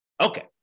Okay